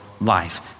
Life